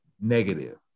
negative